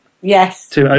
Yes